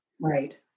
Right